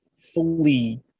fully